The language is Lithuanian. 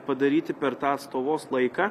padaryti per tą atstovos laiką